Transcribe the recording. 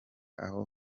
aho